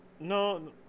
No